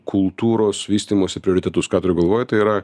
kultūros vystymosi prioritetus ką turiu galvoj tai yra